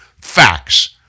facts